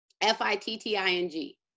F-I-T-T-I-N-G